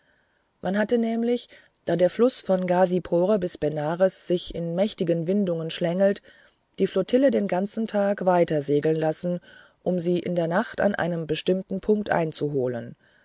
man hatte nämlich da der fluß von ghazipore bis benares sich in mächtigen windungen schlängelt die flottille den ganzen tag weiter segeln lassen um sie in der nacht an einem bestimmten punkt einzuholen